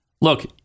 Look